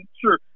sure